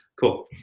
cool